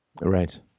Right